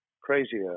crazier